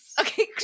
okay